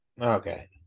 Okay